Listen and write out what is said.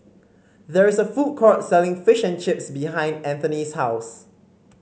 there is a food court selling Fish and Chips behind Anthony's house